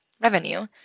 revenue